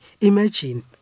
Imagine